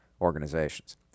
organizations